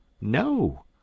No